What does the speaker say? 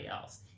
else